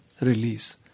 release